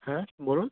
হ্যাঁ বলুন